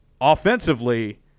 offensively